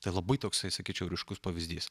tai labai toksai sakyčiau ryškus pavyzdys